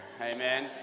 amen